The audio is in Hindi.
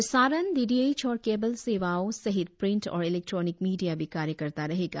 प्रसारण डीडीएच और केबल सेवाओं सहित प्रिंट और इलैंक्ट्रोनिक मीडिया भी कार्य करता रहेगा